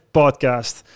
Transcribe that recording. podcast